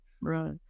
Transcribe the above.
Right